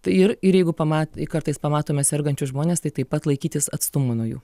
tai ir jeigu pamat kartais pamatome sergančius žmones tai taip pat laikytis atstumo nuo jų